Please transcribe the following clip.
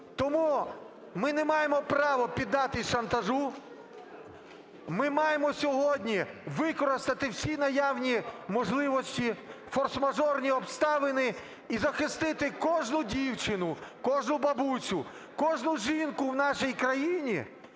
Тому ми не маємо права піддатися шантажу, ми маємо сьогодні використати всі наявні можливості, форс-мажорні обставини - і захистити кожну дівчину, кожну бабусю, кожну жінку в нашій країні